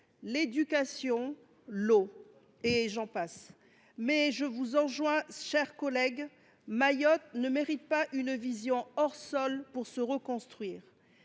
l’éducation, l’eau – et j’en passe… Mes chers collègues, Mayotte ne mérite pas une vision hors sol pour se reconstruire.